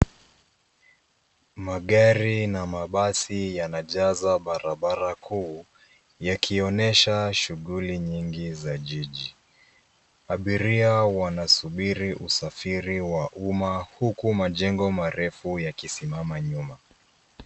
Magari na mabasi yanajaza barabara kuu, yakionesha shughuli nyingi za jiji. Abiria wanasubiri usafiri wa uma huku majengo marefu yakisimama nyuma.